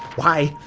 why.